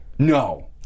No